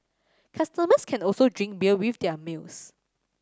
customers can also drink beer with their meals